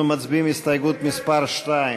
אנחנו מצביעים על הסתייגות מס' 1,